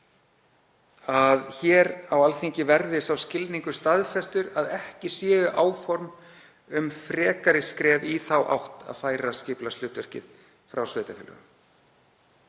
að hér á Alþingi verði sá skilningur staðfestur að ekki séu áform um frekari skref í þá átt að færa skipulagshlutverkið frá sveitarfélögum.